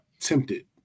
Tempted